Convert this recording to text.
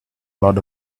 load